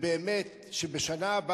באמת לא יכול